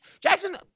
Jackson